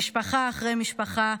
משפחה אחרי משפחה,